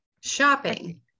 Shopping